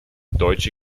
deutsche